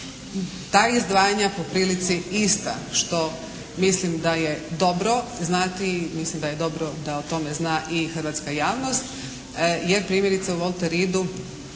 taj izdvajanja po prilici ista. Što mislim da je dobro znati, mislim da je dobro da o tome zna i hrvatska javnost. Jer primjerice u …